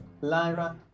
Lyra